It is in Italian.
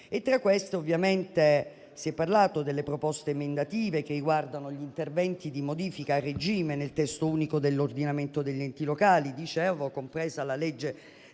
Tra queste, ovviamente si è parlato delle proposte emendative riguardanti gli interventi di modifica a regime nel Testo unico dell'ordinamento degli enti locali, compresa la legge